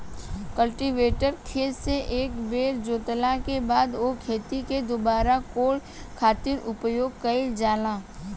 cultivator खेत से एक बेर जोतला के बाद ओ खेत के दुबारा कोड़े खातिर उपयोग कईल जाला